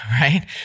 right